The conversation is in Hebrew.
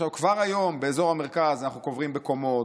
כבר היום באזור המרכז אנחנו קוברים בקומות,